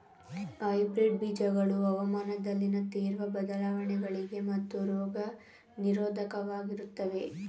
hybrid ಬೀಜಗಳು ಹವಾಮಾನದಲ್ಲಿನ ತೀವ್ರ ಬದಲಾವಣೆಗಳಿಗೆ ಮತ್ತು ರೋಗ ನಿರೋಧಕವಾಗಿರುತ್ತವೆ